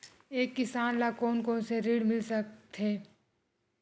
एक किसान ल कोन कोन से ऋण मिल सकथे?